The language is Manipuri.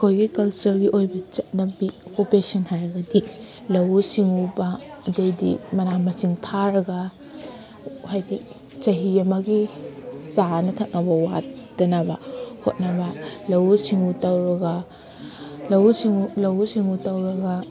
ꯑꯩꯈꯣꯏꯒꯤ ꯀꯜꯆꯔꯒꯤ ꯑꯣꯏꯕ ꯆꯠꯅꯕꯤ ꯑꯣꯛꯀꯨꯄꯦꯁꯟ ꯍꯥꯏꯔꯒꯗꯤ ꯂꯧꯎ ꯁꯤꯡꯎꯕ ꯑꯗꯩꯗꯤ ꯃꯅꯥ ꯃꯁꯤꯡ ꯊꯥꯔꯒ ꯍꯥꯏꯕꯗꯤ ꯆꯍꯤ ꯑꯃꯒꯤ ꯆꯥꯅ ꯊꯛꯅꯕ ꯋꯥꯠꯇꯅꯕ ꯍꯣꯠꯅꯕ ꯂꯧꯎ ꯁꯤꯡꯎ ꯇꯧꯔꯒ ꯂꯧꯎ ꯁꯤꯡꯎ ꯂꯧꯎ ꯁꯤꯡꯎ ꯇꯧꯔꯒ